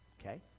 Okay